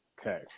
Okay